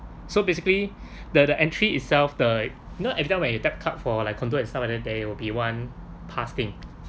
so basically the the entry itself the you know every time when he tap a card for like control itself there will be one pass thing